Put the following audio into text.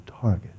target